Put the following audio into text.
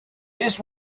this